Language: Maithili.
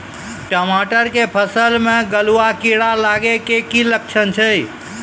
टमाटर के फसल मे गलुआ कीड़ा लगे के की लक्छण छै